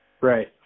Right